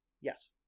yes